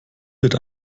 wird